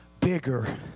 bigger